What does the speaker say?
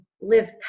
live